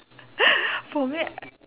for me